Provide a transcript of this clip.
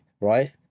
right